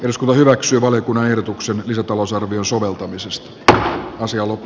moskova hyväksyy valiokunnan ehdotuksen lisätalousarvion soveltamisesta tähän asti ollut